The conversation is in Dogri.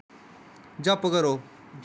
जप करो